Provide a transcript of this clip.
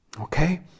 Okay